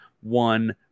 one